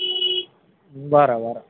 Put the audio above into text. बरं बरं